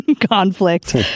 conflict